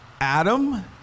Adam